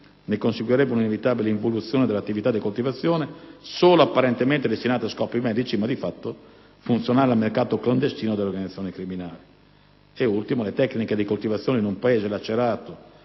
Ne conseguirebbe un'inevitabile involuzione dell'attività di coltivazione, solo apparentemente destinata a scopi medici, ma di fatto funzionale al mercato clandestino delle organizzazioni criminali. Da ultimo, le tecniche di coltivazione in un Paese lacerato